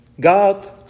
God